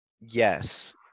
Yes